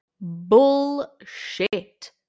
Bullshit